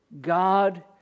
God